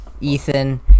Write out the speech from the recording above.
Ethan